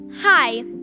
Hi